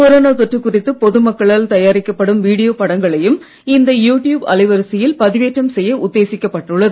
corona தொற்று குறித்து பொது மக்களால் தயாரிக்கப்படும் வீடியோ படங்களையும் இந்த யு டியூப் அலைவரிசையில் பதிவேற்றம் செய்ய உத்தேசிக்கப் பட்டுள்ளது